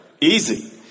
Easy